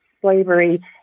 slavery